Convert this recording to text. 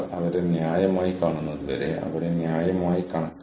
നിങ്ങൾ ആ കഴിവ് മറ്റൊരാളിൽ നിന്ന് എടുക്കുന്നു